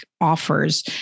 offers